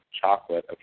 chocolate